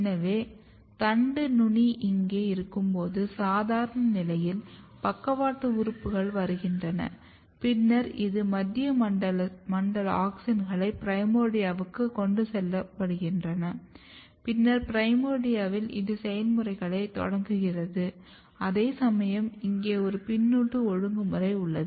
எனவே தண்டு நுனி இங்கே இருக்கும்போது சாதாரண நிலையில் பக்கவாட்டு உறுப்புகள் வருகின்றன பின்னர் இது மத்திய மண்டல ஆக்ஸின்களை பிரைமோர்டியாவுக்கு கொண்டு செல்லப்படுகின்றன பின்னர் பிரைமோர்டியாவில் இது செயல்முறைகளை தொடங்குகிறது அதேசமயம் இங்கே ஒரு பின்னூட்ட ஒழுங்குமுறை உள்ளது